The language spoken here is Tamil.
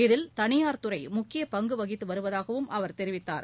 இதில் தனியார் துறை முக்கிய பங்கு வகித்து வருவதாகவும் அவர் தெரிவித்தார்